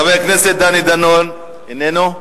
חבר הכנסת דני דנון, איננו.